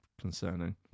concerning